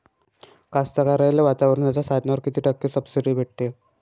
कास्तकाराइले वावराच्या साधनावर कीती टक्के सब्सिडी भेटते?